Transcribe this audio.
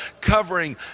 covering